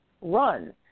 run